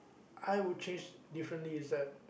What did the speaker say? I would change differently is that